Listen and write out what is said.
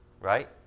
right